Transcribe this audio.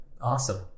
Awesome